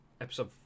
episode